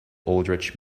aldrich